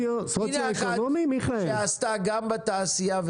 הנה אחת שעשתה גם בתעשייה,